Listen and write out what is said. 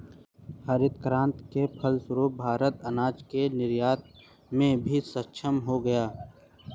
हरित क्रांति के फलस्वरूप भारत अनाज के निर्यात में भी सक्षम हो गया